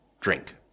drink